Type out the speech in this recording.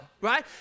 right